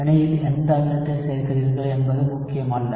வினையில் எந்த அமிலத்தைச் சேர்க்கிறீர்கள் என்பது முக்கியமல்ல